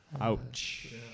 Ouch